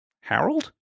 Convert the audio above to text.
Harold